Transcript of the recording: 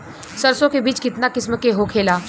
सरसो के बिज कितना किस्म के होखे ला?